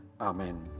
Amen